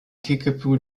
kickapoo